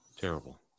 Terrible